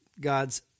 God's